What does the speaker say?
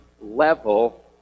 level